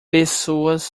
pessoas